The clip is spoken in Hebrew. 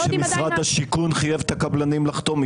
אלה החוזים שמשרד השיכון חייב את הקבלנים לחתום.